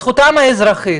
זכותם האזרחית.